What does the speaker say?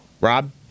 Rob